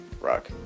Rock